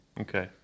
Okay